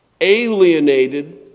alienated